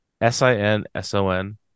S-I-N-S-O-N